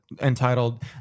entitled